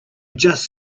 just